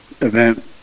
event